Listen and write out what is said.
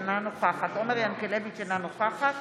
אינה נוכחת עומר ינקלביץ' אינה נוכחת